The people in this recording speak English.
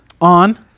on